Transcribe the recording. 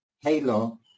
Halo